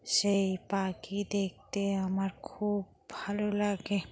সেই পাখি দেখতে আমার খুব ভালো লাগে